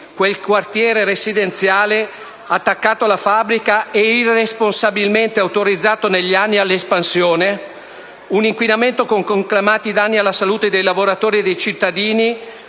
quel quartiere residenziale attaccato alla fabbrica e irresponsabilmente autorizzato negli anni all'espansione? Un inquinamento con conclamati danni alla salute dei lavoratori e dei cittadini,